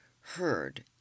heard